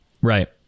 Right